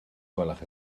gwelwch